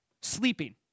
Sleeping